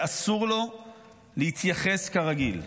שאסור לו להתייחס כרגיל.